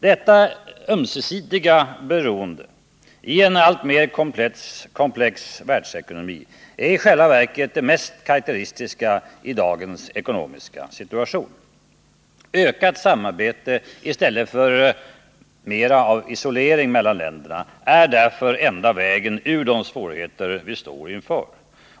Detta ömsesidiga beroende i en alltmer komplex världsekonomi är i själva verket det mest karakteristiska i dagens internationella ekonomiska situation. Ökat samarbete i stället för mera av isolering mellan länderna är den enda vägen ur de svårigheter vi står inför.